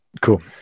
Cool